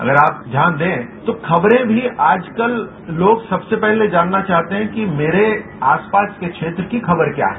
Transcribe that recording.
अगर आप ध्यान दें तो खबरें भी आजकल लोग सबसे पहले जानना चाहते हैं कि मेरे आसपास के क्षेत्र की खबर क्या है